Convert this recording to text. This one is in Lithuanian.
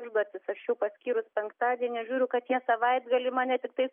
užduotis aš jau paskyrus penktadienį žiūriu kad jie savaitgalį mane tiktai